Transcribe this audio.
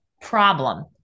problem